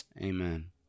Amen